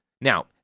Now